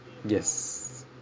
yes